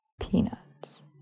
peanuts